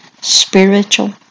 spiritual